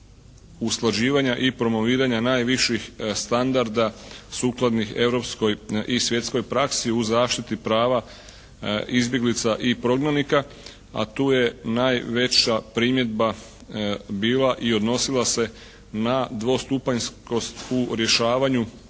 usklađivanja i promoviranja najviših standarda sukladnih europskoj i svjetskoj praksi u zaštiti prava izbjeglica i prognanika, a tu je najveća primjedba bila i odnosila se na dvostupanjskost u rješavanju